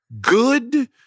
good